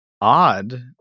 odd